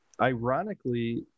Ironically